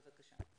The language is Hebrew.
בבקשה.